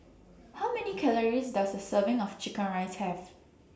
How Many Calories Does A Serving of Chicken Rice Have